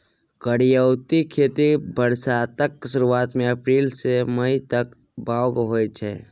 करियौती खेती बरसातक सुरुआत मे अप्रैल सँ मई तक बाउग होइ छै